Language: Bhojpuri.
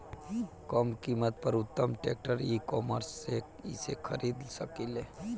कम कीमत पर उत्तम ट्रैक्टर ई कॉमर्स से कइसे खरीद सकिले?